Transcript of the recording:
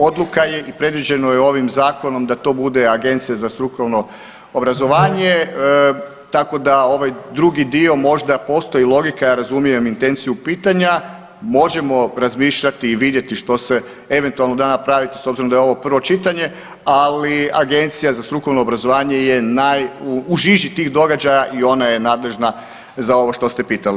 Odluka je i predviđeno je ovim zakonom da to bude Agencija za strukovno obrazovanje, tako da ovaj drugi dio možda postoji logika, ja razumijem intenciju pitanja, možemo razmišljati i vidjeti što se eventualno da napraviti s obzirom da je ovo prvo čitanje, ali Agencija za strukovno obrazovanje je u žiži tih događaja i ona je nadležna za ovo što ste pitali.